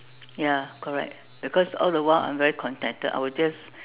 ya correct because all the while I'm very contented I will just